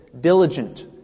diligent